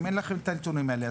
אם אין לכם את הנתונים האלה,